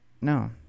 no